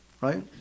right